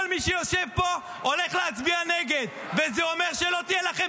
כל מי שיושב פה הולך להצביע נגד וזה אומר שלא תהיה לכם